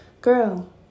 Girl